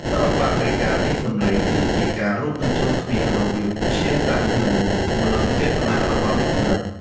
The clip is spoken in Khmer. សិល្បៈនៃការលាយសំឡេងគឺជាការរួមបញ្ចូលគ្នារវាងវិទ្យាសាស្ត្រ និង មនោសញ្ចេតនារបស់អ្នកផលិត។